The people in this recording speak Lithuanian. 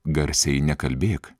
garsiai nekalbėk